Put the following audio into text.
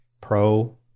Pro